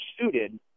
suited